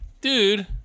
Dude